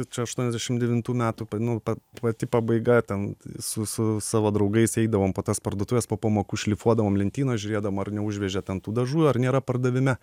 čia aštuoniasdešim devintų metų pa nu pa pati pabaiga ten su su savo draugais eidavom po tas parduotuves po pamokų šlifuodavom lentynas žiūrėdavom ar neužvežė ten tų dažų ar nėra pardavime